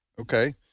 okay